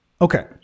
Okay